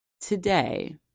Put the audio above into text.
today